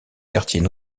quartiers